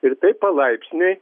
ir taip palaipsniui